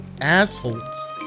assholes